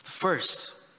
First